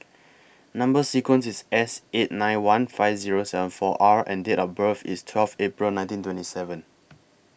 Number sequence IS S eight nine one five Zero seven four R and Date of birth IS twelve April nineteen twenty seven